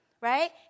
right